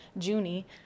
Junie